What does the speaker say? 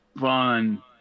fun